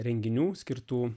renginių skirtų